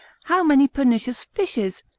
how many pernicious fishes,